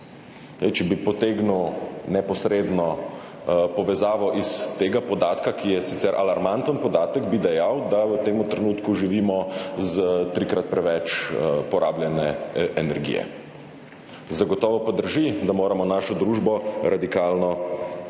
Če bi potegnil neposredno povezavo iz tega podatka, ki je sicer alarmanten podatek, bi dejal, da v tem trenutku živimo s trikrat preveč porabljene energije. Zagotovo pa drži, da moramo našo družbo radikalno predrugačiti.